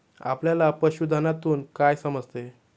आपल्याला पशुधनातून काय समजते?